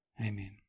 Amen